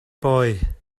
boy